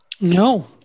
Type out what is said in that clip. no